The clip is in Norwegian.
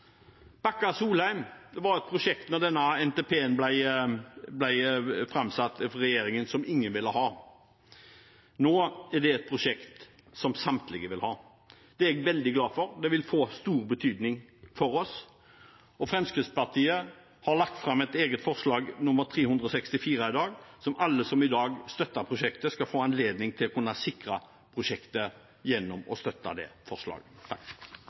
var et prosjekt som ingen vil ha da denne NTP-en ble framsatt av regjeringen. Nå er det et prosjekt som samtlige vil ha. Det er jeg veldig glad for. Det vil få stor betydning for oss. Og Fremskrittspartiet har lagt fram et eget forslag i dag, nr. 364, der alle som støtter prosjektet, kan få anledning til å sikre det gjennom å støtte forslaget.